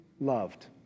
loved